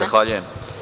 Zahvaljujem.